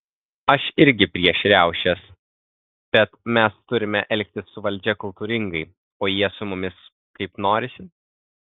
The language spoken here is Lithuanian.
aš irgi prieš riaušės bet mes turime elgtis su valdžia kultūringai o jie su mumis kaip norisi